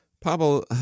Pablo